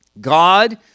God